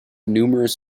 numerous